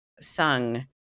sung